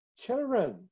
children